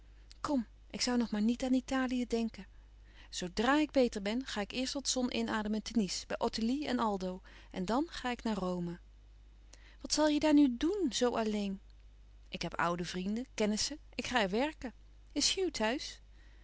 kom ik zoû nog maar niet aan italië denken zoodra ik beter ben ga ik eerst wat zon inademen te nice bij ottilie en aldo en dan ga ik naar rome wat zal je daar nu doen zoo alleen ik heb oude vrienden kennissen ik ga er werken is hugh thuis